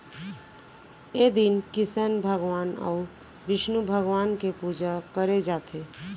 ए दिन किसन भगवान अउ बिस्नु भगवान के पूजा करे जाथे